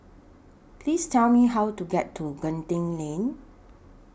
Please Tell Me How to get to Genting LINK